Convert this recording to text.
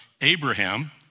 Abraham